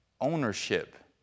ownership